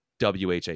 WHA